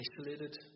isolated